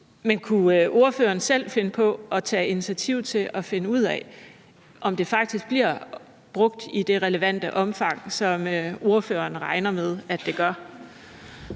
Men kunne ordføreren selv finde på at tage initiativ til at finde ud af, om det faktisk bliver brugt i det omfang, det er relevant, og som ordføreren regner med det gør?